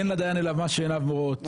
אין הדיין אלא מה שעיניו רואות,